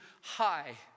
high